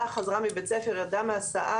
חבר'ה, זה נגמר.